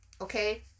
okay